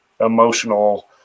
emotional